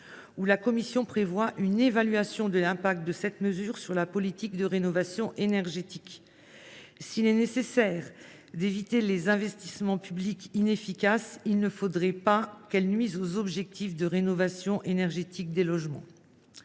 finances a prévu une évaluation de l’impact de cette mesure sur la politique de rénovation énergétique. Il est nécessaire d’éviter les investissements publics inefficaces, sans nuire pour autant aux objectifs de rénovation énergétique des logements.